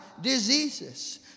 diseases